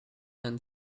and